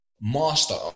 master